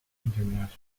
internationally